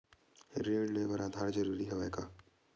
ऋण ले बर आधार जरूरी हवय का?